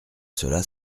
cela